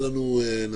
יהיה